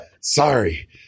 sorry